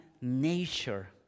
nature